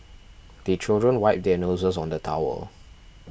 the children wipe their noses on the towel